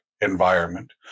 environment